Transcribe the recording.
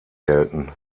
gelten